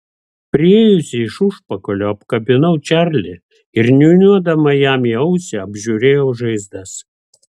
priėjusi iš užpakalio apkabinau čarlį ir niūniuodama jam į ausį apžiūrėjau žaizdas